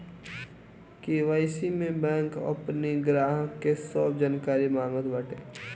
KYC में bank अपनी ग्राहक के सब जानकारी मांगत बाटे